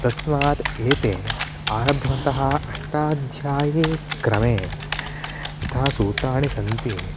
तस्मात् एते आरब्धवन्तः अष्टाध्यायिक्रमे यथा सूत्राणि सन्ति